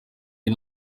ati